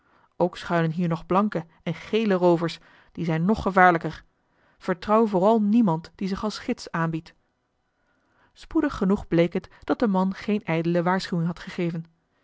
ook schuilen hier nog blanke en gele roovers die zijn nog gevaarlijker vertrouw vooral niemand die zich als gids aanbiedt spoedig genoeg bleek het dat de man geen ijdele waarschuwing had gegeven